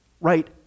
right